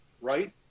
right